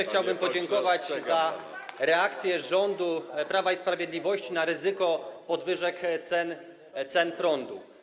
Chciałbym podziękować za reakcję rządu Prawa i Sprawiedliwości na ryzyko podwyżek cen prądu.